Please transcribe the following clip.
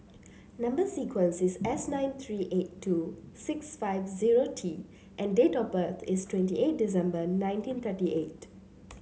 number sequence is S nine three eight two six five zero T and date of birth is twenty eight December nineteen thirty eight